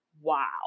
wow